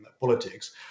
politics